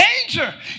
danger